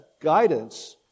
guidance